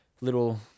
little